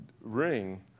ring